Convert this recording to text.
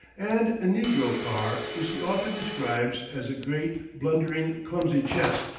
and a negro car, which the author describes as a great, blundering, clumsy chest,